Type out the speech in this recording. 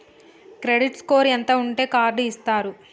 Credit score ఎంత ఉంటే card ఇస్తారు?